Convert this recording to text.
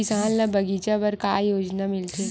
किसान ल बगीचा बर का योजना मिलथे?